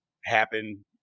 happen